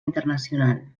internacional